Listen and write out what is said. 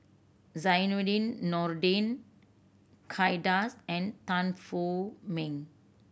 Zainudin Nordin Kay Das and Tan Wu Meng